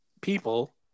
people